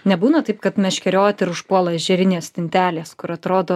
nebūna taip kad meškeriojat ir užpuola ežerinės stintelės kur atrodo